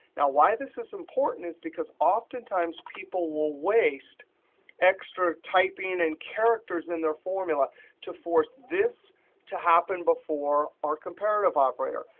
now, why this is important is because oftentimes people will waste extra typing in and characters in their formula to force this to happen before our comparative operator.